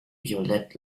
violett